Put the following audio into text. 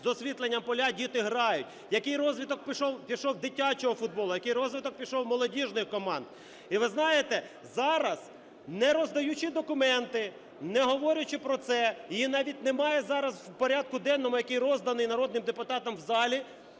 з освітленням поля, діти грають. Який розвиток пішов дитячого футболу! Який розвиток пішов молодіжних команд! І, ви знаєте, зараз не роздаючи документи, не говорячи про це, і навіть немає зараз в порядку денному, який розданий народним депутатам у залі,